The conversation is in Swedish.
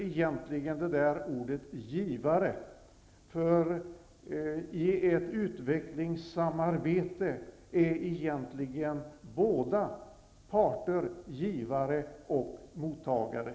Egentligen avskyr jag ordet givare. I ett utvecklingssamarbete är ju båda parter såväl givare som mottagare.